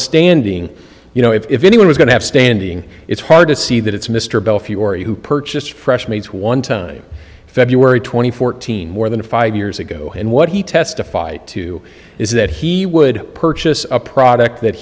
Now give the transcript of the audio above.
standing you know if anyone is going to have standing it's hard to see that it's mr belfiore who purchased fresh meats one time february twenty fourth teen more than five years ago and what he testified to is that he would purchase a product that